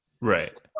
Right